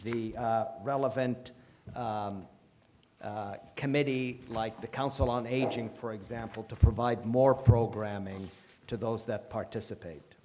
the relevant committee like the council on aging for example to provide more programming to those that participate